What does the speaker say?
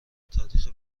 تاریخ